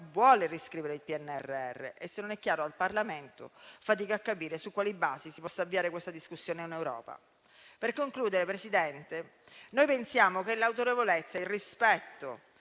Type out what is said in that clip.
vuole riscrivere il PNRR. Se non è chiaro al Parlamento, fatico a capire su quali basi si possa avviare questa discussione in Europa. Per concludere, signor Presidente del Consiglio, pensiamo che l'autorevolezza e il rispetto,